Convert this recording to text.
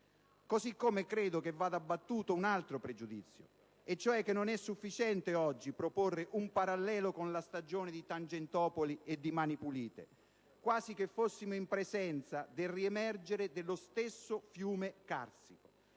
Analogamente credo vada abbattuto un altro pregiudizio: non è sufficiente oggi proporre un parallelo con la stagione di Tangentopoli e di Mani Pulite, quasi che fossimo in presenza del riemergere dello stesso fiume carsico.